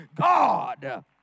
God